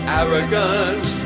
arrogance